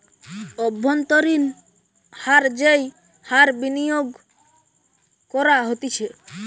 অব্ভন্তরীন হার যেই হার বিনিয়োগ করা হতিছে